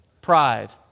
Pride